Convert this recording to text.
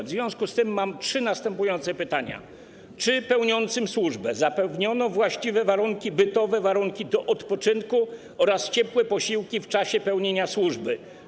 W związku z tym mam trzy następujące pytania: Czy pełniącym służbę zapewniono właściwe warunki bytowe, warunki do odpoczynku oraz ciepłe posiłki w czasie pełnienia służby?